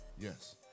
Yes